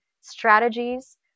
strategies